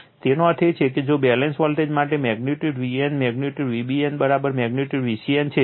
તેનો અર્થ એ છે કે જો બેલેન્સ વોલ્ટેજ માટે magnitude Van magnitude Vbn magnitude Vcn છે